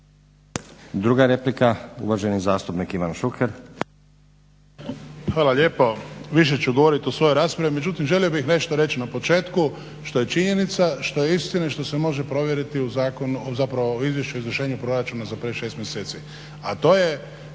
Druga replika, uvaženi zastupnik Ivan Šuker.